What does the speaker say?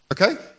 Okay